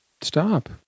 stop